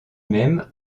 même